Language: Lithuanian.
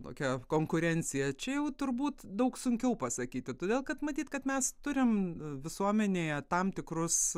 tokia konkurencija čia jau turbūt daug sunkiau pasakyti todėl kad matyt kad mes turim visuomenėje tam tikrus